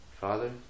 father